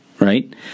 right